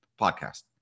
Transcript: podcast